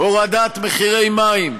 הורדת מחירי מים,